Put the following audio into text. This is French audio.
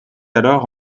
alors